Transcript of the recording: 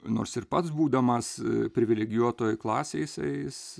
nors ir pats būdamas privilegijuotoj klasėj jisai jis